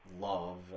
love